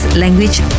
language